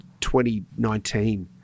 2019